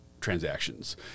transactions